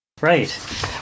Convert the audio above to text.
Right